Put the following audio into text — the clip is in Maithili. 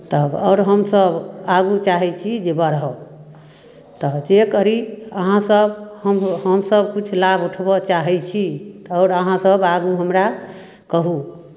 तब आओर आओर आगू चाहैत छी बढ़ब तऽ जे करी अहाँसभ हम हमसभ किछु लाभ उठबय चाहै छी तऽ आओर अहाँसभ आगू हमरा कहू